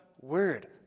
word